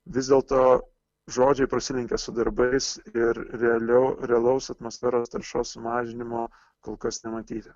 vis dėlto žodžiai prasilenkia su darbais ir realiau realaus atmosferos taršos mažinimo kol kas nematyti